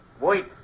Wait